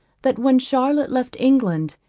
that when charlotte left england,